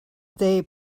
they